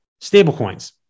stablecoins